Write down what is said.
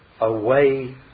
away